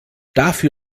dafür